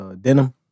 denim